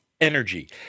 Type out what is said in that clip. energy